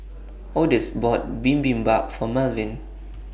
Odus bought Bibimbap For Malvin